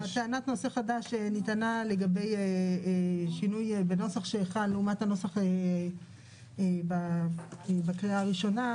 טענת נושא חדש נטענה לגבי שינוי בנוסח שחל לעומת הנוסח בקריאה הראשונה.